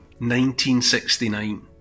1969